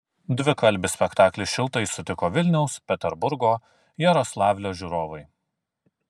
dvikalbį spektaklį šiltai sutiko vilniaus peterburgo jaroslavlio žiūrovai